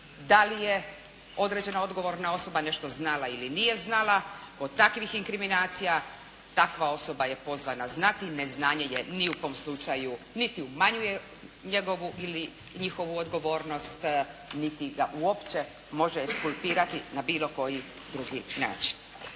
da li je određena odgovorna osoba nešto znala ili nije znala. Kod takvih inkriminacija takva osoba je pozvana znati. Neznanje je ni u kom slučaju niti umanjuje njegovu ili njihovu odgovornost, niti ga uopće može eskulpirati na bilo koji drugi način.